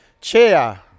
Chair